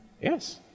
Yes